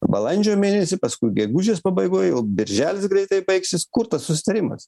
balandžio mėnesį paskui gegužės pabaigoj o birželis greitai baigsis kur tas susitarimas